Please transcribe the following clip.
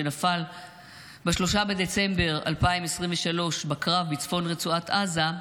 שנפל ב-3 בדצמבר 2023 בקרב בצפון רצועת עזה,